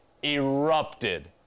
erupted